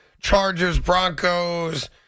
Chargers-Broncos